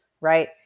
right